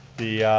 the